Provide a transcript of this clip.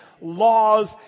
laws